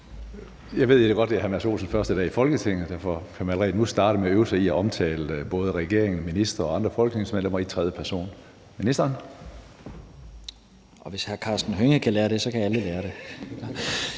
Jeg ved godt, at det er hr. Mads Olsens første dag i Folketinget. Derfor kan man allerede nu starte med at øve sig i at omtale både regeringen, ministre og andre folketingsmedlemmer i tredje person. Ministeren. Kl. 13:07 Børne- og undervisningsministeren